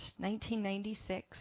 1996